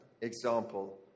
example